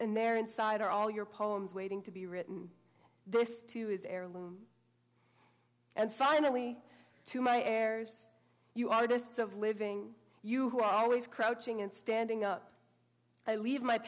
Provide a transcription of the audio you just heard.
and there inside are all your poems waiting to be written this too is heirloom and finally to my heirs you artists of living you who are always crouching and standing up i leave my